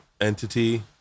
entity